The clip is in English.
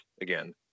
again